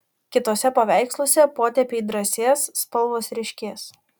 kituose paveiksluose potėpiai drąsės spalvos ryškės